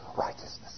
righteousness